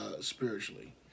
spiritually